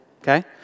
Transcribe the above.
okay